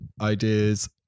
ideas